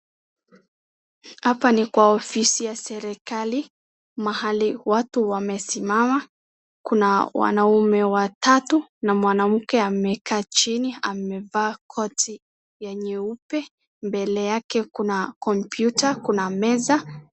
Hapa ni kwa ofisi ya serikali mahali watu wamesimama, kuna wanaume watatu na mwanamke amekaa chini amevaa koti ya nyeupe mbele yake kuna komputa, kuna meza.